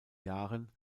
jahren